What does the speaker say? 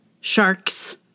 Sharks